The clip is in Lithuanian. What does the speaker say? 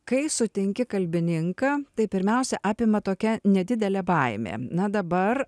kai sutinki kalbininką tai pirmiausia apima tokia nedidelė baimė na dabar